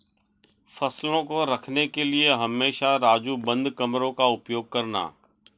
फसलों को रखने के लिए हमेशा राजू बंद कमरों का उपयोग करना